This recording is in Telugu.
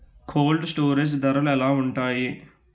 కోల్డ్ స్టోరేజ్ ధరలు ఎలా ఉంటాయి?